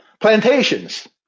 Plantations